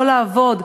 לא לעבוד,